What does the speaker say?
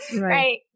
Right